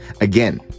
Again